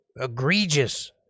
egregious